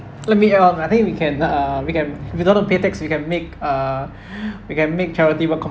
let me um I think we can uh we can if you don't want to pay tax we can make uh we can make charity work